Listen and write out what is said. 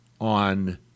On